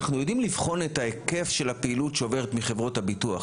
אנחנו יודעים לבחון את ההיקף של הפעילות שעוברת מחברות הביטוח,